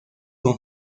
con